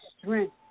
strength